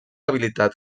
habilitat